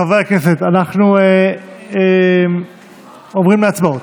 חברי הכנסת, אנחנו עוברים להצבעות.